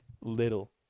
little